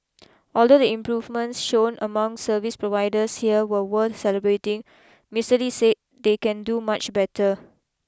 although the improvements shown among service providers here were worth celebrating Mister Lee said they can do much better